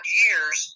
years